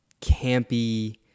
campy